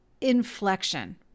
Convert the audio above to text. inflection